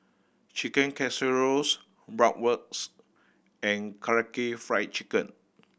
Chicken Casserole Bratwurst and Karaage Fried Chicken